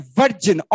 virgin